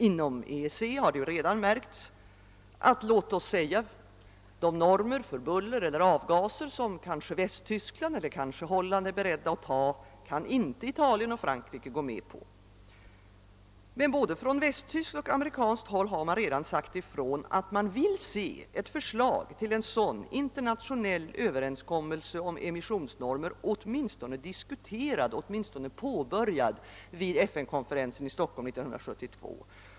Inom EEC har redan märkts att låt oss säga de normer för buller eller avgaser, som kanske Västtyskland eller Holland är beredda att godta, kan inte Italien eller Frankrike gå med på. Men både från västtyskt och amerikanskt håll har man redan sagt ifrån att man vill se utarbetandet av ett förslag till en sådan internationell överenskommelse om emissionsnormer åtminstone diskuterat eller påbörjat vid FN-konferensen i Stockholm 1972.